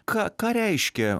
ką ką reiškia